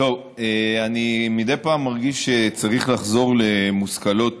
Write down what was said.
אני מדי פעם מרגיש שצריך לחזור למושכלות